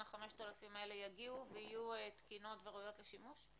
ה-5,000 האלה יגיעו ויהיו תקינות וראויות לשימוש?